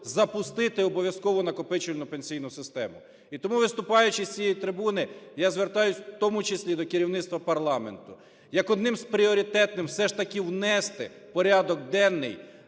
запустити обов'язкову накопичувальну пенсійну систему. І тому, виступаючи з цієї трибуни, я звертаюся в тому числі до керівництва парламенту, як одним з пріоритетних все ж таки внести в порядок денний